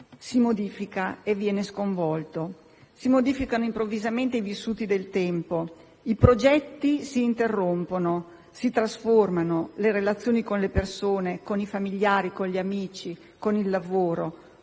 si modifica e viene sconvolto. Si modificano improvvisamente i vissuti del tempo, i progetti si interrompono, si trasformano le relazioni con le persone, con i familiari, con gli amici, con il lavoro.